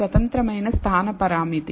స్వతంత్రమైన స్థాన పరామితి